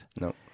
No